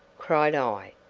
cried i.